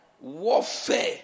warfare